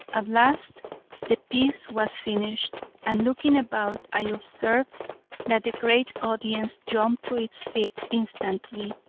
at last the piece was finished, and looking about, i observed that the great audience jumped to its feet instantly,